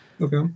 Okay